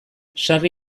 sarri